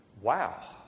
Wow